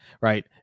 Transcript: Right